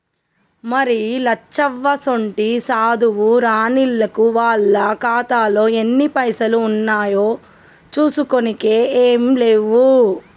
మరి లచ్చవ్వసోంటి సాధువు రానిల్లకు వాళ్ల ఖాతాలో ఎన్ని పైసలు ఉన్నాయో చూసుకోనికే ఏం లేవు